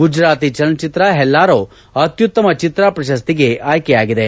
ಗುಜರಾತಿ ಚಲನಚಿತ್ರ ಹೆಲ್ಲಾರೋ ಅತ್ಯುತ್ತಮ ಚಿತ್ರ ಪ್ರಶಸ್ತಿಗೆ ಆಯ್ಕೆಯಾಗಿದೆ